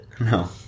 No